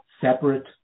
separate